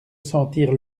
sentir